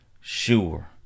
sure